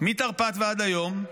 מתרפ"ט ועד היום.